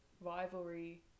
rivalry